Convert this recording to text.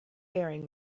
faring